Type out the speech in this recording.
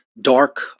dark